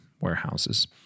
warehouses